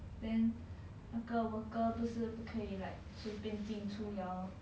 then 那个 worker 不是不可以 like 随便进出 lor